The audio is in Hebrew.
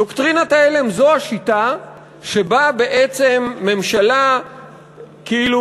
דוקטרינת ההלם זו השיטה שבה ממשלה כאילו